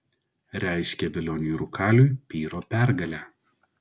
reiškia velioniui rūkaliui pyro pergalę